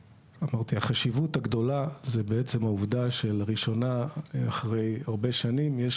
החשיבות הגדולה זה בעצם העובדה שלראשונה אחרי הרבה שנים יש